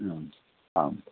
ह्म् आम्